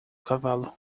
cavalo